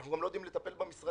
שאנחנו גם לא יודעים לטפל במשרדים,